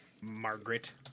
Margaret